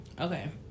Okay